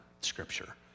scripture